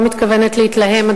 לא מתכוונת להתלהם,